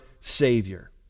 Savior